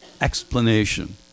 explanation